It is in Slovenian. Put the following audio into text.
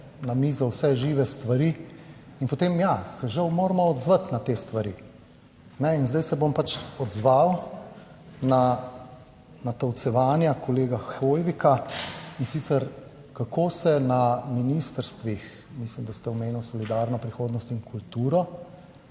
na mizo vse žive stvari. In potem, ja, se žal moramo odzvati na te stvari. In zdaj se bom pač odzval na natolcevanja kolega Hoivika, in sicer, kako se na ministrstvih, mislim, da ste omenil solidarno prihodnost in kulturo